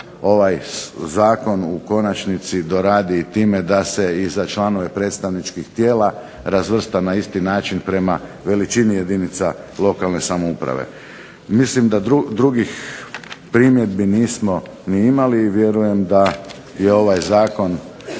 zakon u konačnici doradi s time da se i za članove predstavničkih tijela razvrsta na isti način prema veličini jedinica lokalne samouprave. Mislim da drugih primjedbi nismo ni imali i vjerujem da je ovaj Zakon,